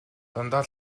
дандаа